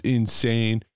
insane